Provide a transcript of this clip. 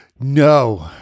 no